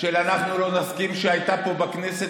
"אנחנו לא נסכים" שהייתה פה בכנסת,